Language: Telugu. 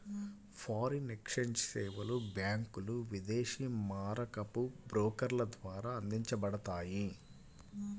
ఫారిన్ ఎక్స్ఛేంజ్ సేవలు బ్యాంకులు, విదేశీ మారకపు బ్రోకర్ల ద్వారా అందించబడతాయి